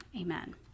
amen